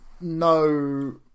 no